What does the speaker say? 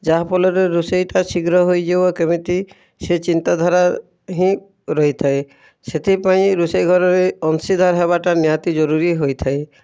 ଯାହାଫଲରେ ରୋଷେଇଟା ଶୀଘ୍ର ହୋଇଯିବ କେମିତି ସେ ଚିନ୍ତାଧାରା ହିଁ ରହିଥାଏ ସେଥିପାଇଁ ରୋଷେଇ ଘରରେ ଅଂଶୀଦାର ହେବାଟା ନିହାତି ଜରୁରୀ ହୋଇଥାଏ